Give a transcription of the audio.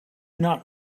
not